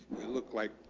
look like